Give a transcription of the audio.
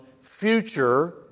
future